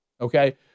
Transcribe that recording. okay